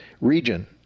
region